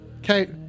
Okay